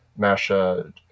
masha